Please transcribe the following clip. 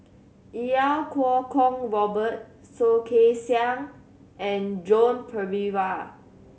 Iau Kuo Kwong Robert Soh Kay Siang and Joan Pereira